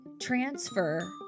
transfer